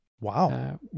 Wow